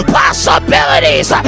possibilities